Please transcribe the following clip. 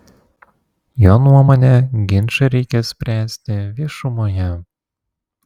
jo nuomone ginčą reikia spręsti viešumoje